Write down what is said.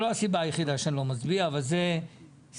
זו לא הסיבה היחידה שאני לא מצביע, אבל זו סיבה.